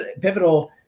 pivotal